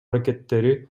аракеттери